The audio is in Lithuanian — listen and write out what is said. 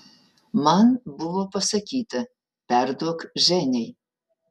man buvo pasakyta perduok ženiai